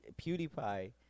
PewDiePie